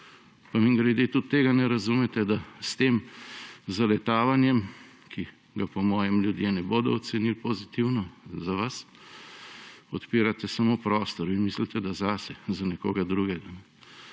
Pa mimogrede, tudi tega ne razumete, da s tem zaletavanjem, ki ga po mojem ljudje ne bodo ocenili pozitivno za vas, odpirate samo prostor – vi mislite, da zase – za nekoga drugega.